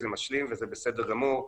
זה משלים וזה בסדר גמור,